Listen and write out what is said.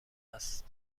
است